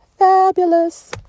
Fabulous